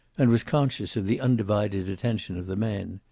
and was conscious of the undivided attention of the men.